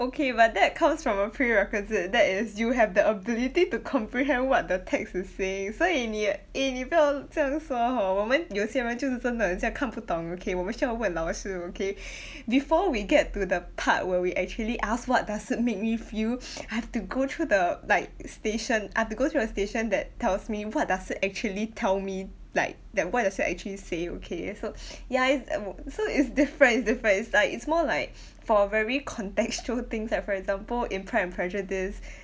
okay but that comes from a pre-requisite that is you have the ability to comprehend what the text is saying 所以你也 eh 你不要 l~ 这样说 hor 我们有些人就是真的很像看不懂 okay 我们需要问老师 okay before we get to the part where we actually ask what does it make me feel I've to go through the like station I've to go through the station that tells me what does it actually tell me like that what does it actually say okay so ya it's so it's different it's different it's like it's more like for a very contextual things like for example in pride and prejudice